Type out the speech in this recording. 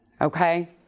Okay